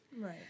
Right